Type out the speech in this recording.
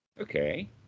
Okay